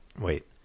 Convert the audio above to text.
Wait